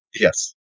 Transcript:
Yes